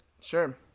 Sure